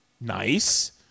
Nice